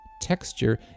Texture